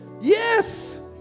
Yes